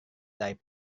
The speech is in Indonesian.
dari